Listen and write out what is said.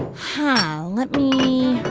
huh. let me,